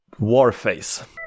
Warface